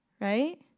Right